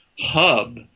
hub